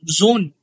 zone